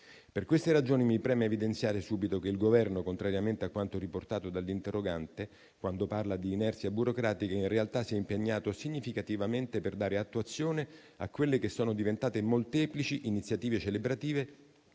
Per queste ragioni, mi preme evidenziare subito che il Governo, contrariamente a quanto riportato dall'interrogante quando parla di inerzia burocratica, in realtà si è impegnato significativamente per dare attuazione a quelle che sono diventate molteplici iniziative celebrative